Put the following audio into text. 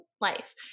life